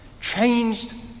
changed